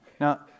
Now